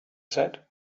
said